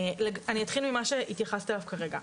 אני אתחיל ממה שהתייחס אליו כרגע,